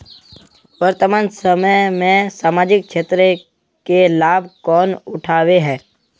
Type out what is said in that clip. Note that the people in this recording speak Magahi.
वर्तमान समय में सामाजिक क्षेत्र के लाभ कौन उठावे है?